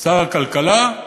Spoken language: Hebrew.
שר הכלכלה,